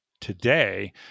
today